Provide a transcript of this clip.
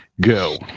Go